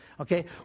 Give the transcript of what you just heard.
Okay